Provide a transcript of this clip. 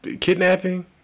kidnapping